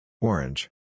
Orange